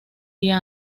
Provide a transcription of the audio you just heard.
día